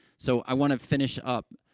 so, i want to finish up,